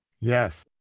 Yes